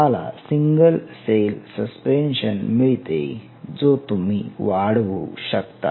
तुम्हाला single cell suspension मिळते जो तुम्ही वाढवू शकता